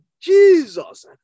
Jesus